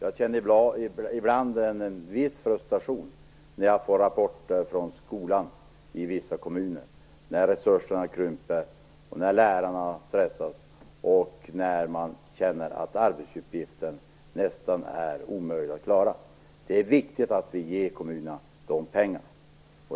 Jag känner ibland en viss frustration när jag får rapporter från skolorna i vissa kommuner där resurserna krymper, lärarna stressas och man känner att arbetsuppgifterna nästan är omöjliga att klara av. Det är viktigt att vi ger kommunerna dessa pengar.